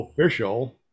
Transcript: official